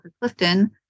Clifton